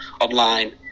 online